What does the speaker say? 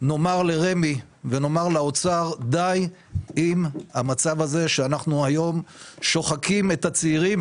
נאמר לרמ"י ונאמר לאוצר: די עם המצב הזה שאנחנו היום שוחקים את הצעירים,